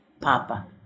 Papa